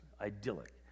Idyllic